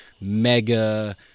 mega